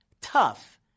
Tough